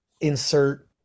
insert